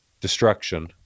destruction